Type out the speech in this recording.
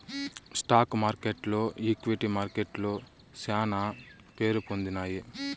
stock మార్కెట్లు equity మార్కెట్లు శానా పేరుపొందినాయి